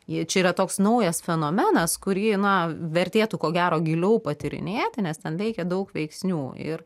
ji čia yra toks naujas fenomenas kurį na vertėtų ko gero giliau patyrinėti nes ten veikia daug veiksnių ir